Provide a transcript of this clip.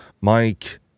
Mike